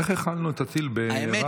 איך הכלנו את הטיל ברהט?